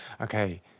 Okay